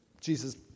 Jesus